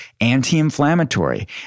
anti-inflammatory